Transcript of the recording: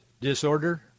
disorder